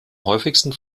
häufigsten